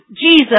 Jesus